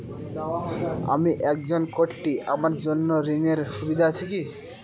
আমি একজন কট্টি আমার জন্য ঋণের সুবিধা আছে কি?